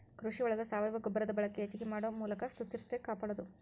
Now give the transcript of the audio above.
ಕೃಷಿ ಒಳಗ ಸಾವಯುವ ಗೊಬ್ಬರದ ಬಳಕೆ ಹೆಚಗಿ ಮಾಡು ಮೂಲಕ ಸುಸ್ಥಿರತೆ ಕಾಪಾಡುದು